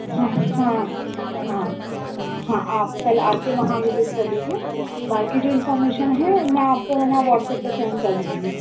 ہاں ہاں ہاں ہاں آپ کل آ کے وہاں وزٹ کر لیجیے باقی جو انفارمیشن ہے میں آپ کو ہے نا واٹس ایپ پہ سینڈ کردوں گی